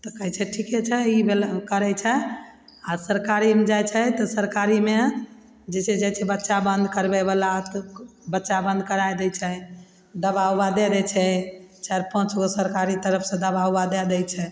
तऽ कहय छै ठीके छै ई करय छै आओर सरकारीमे जाइ छै तऽ सरकारीमे जैसे जाइ छै बच्चा बन्द करबयवला बच्चा बन्द कराय दै छै दवा उवा दे दै छै चारि पाँच गो सरकारी तरफसँ दवा उवा दे दै छै